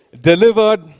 delivered